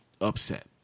upset